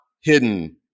hidden